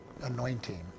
anointing